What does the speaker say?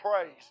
praise